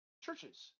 Churches